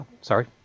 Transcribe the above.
Sorry